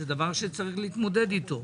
זה דבר שצריך להתמודד איתו.